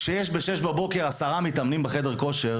יש הבדל גדול אם ישנם עשרה מתאמנים בחדר הכושר